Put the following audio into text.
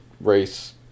Race